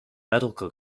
medical